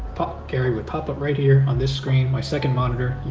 pop. gary will pop up right here, on this screen, my second monitor.